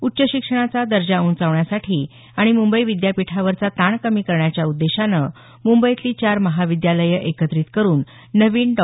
उच्च शिक्षणाचा दर्जा उंचावण्यासाठी आणि मुंबई विद्यापीठावरचा ताण कमी करण्याच्या उद्देशानं मुंबईतली चार महाविद्यालयं एकत्रित करून नवीन डॉ